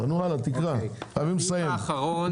הצבעה אושר.